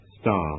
Star